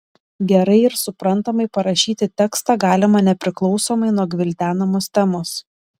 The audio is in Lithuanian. gerai ir suprantamai parašyti tekstą galima nepriklausomai nuo gvildenamos temos